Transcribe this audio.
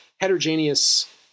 heterogeneous